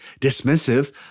dismissive